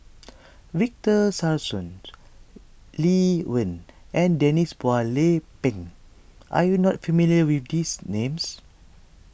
Victor Sassoon Lee Wen and Denise Phua Lay Peng are you not familiar with these names